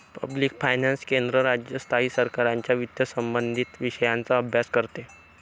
public finance केंद्र, राज्य, स्थायी सरकारांच्या वित्तसंबंधित विषयांचा अभ्यास करते